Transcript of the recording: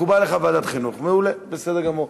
מקובל עליך ועדת חינוך, מעולה, בסדר גמור.